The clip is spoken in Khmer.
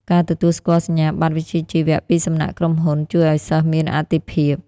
ការទទួលស្គាល់សញ្ញាបត្រវិជ្ជាជីវៈពីសំណាក់ក្រុមហ៊ុន ជួយឱ្យសិស្សមានអាទិភាព។